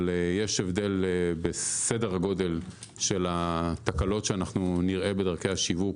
אבל יש הבדל בסדר הגודל של התקלות שאנחנו נראה בדרכי השיווק